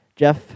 Jeff